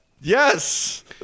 yes